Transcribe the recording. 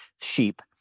sheep